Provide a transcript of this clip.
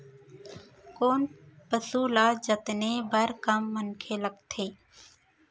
कोन पसु ल जतने बर कम मनखे लागथे?